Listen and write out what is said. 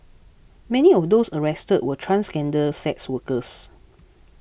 many of those arrested were transgender sex workers